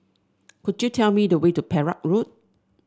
could you tell me the way to Perak Road